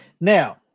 now